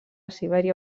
sibèria